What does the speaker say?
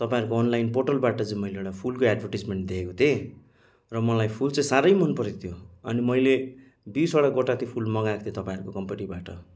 तपाईँहरूको अनलाइन पोर्टलबाट चाहिँ मैले एउटा फुलको एड्भरटिजमेन्ट देखेको थिएँ र मलाई फुल चाहिँ साह्रै मनपरेको थियो अनि मैले बिसवटा गोटा त्यो फुल मगाएको थिएँ तपाईँहरूको त्यो कम्पनीबाट